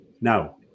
now